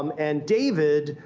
um and david,